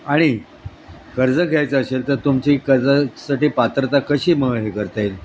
आणि कर्ज घ्यायचं असेल तर तुमची कर्जासाठी पात्रता कशी म हे करता येईल